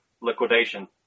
liquidation